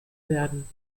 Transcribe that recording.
werden